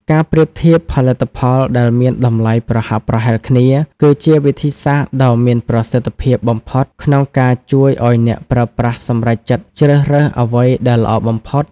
ការប្រៀបធៀបផលិតផលដែលមានតម្លៃប្រហាក់ប្រហែលគ្នា គឺជាវិធីសាស្ត្រដ៏មានប្រសិទ្ធភាពបំផុតក្នុងការជួយអ្នកប្រើប្រាស់ឱ្យសម្រេចចិត្តជ្រើសរើសអ្វីដែលល្អបំផុត។